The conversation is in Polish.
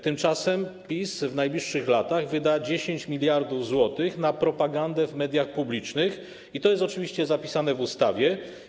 Tymczasem PiS w najbliższych latach wyda 10 mld zł na propagandę w mediach publicznych, i to jest oczywiście zapisane w ustawie.